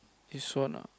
this one ah